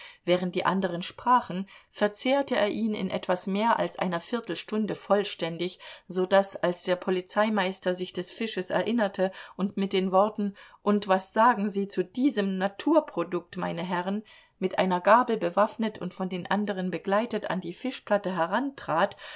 während die anderen sprachen verzehrte er ihn in etwas mehr als einer viertelstunde vollständig so daß als der polizeimeister sich des fisches erinnerte und mit den worten und was sagen sie zu diesem naturprodukt meine herren mit einer gabel bewaffnet und von den anderen begleitet an die fischplatte